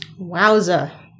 Wowza